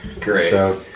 Great